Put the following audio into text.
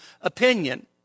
opinion